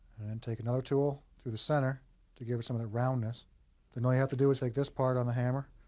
and take another tool through the center to give it some of the roundness. then all you have to do is take this part on the hammer,